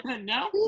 No